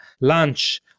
lunch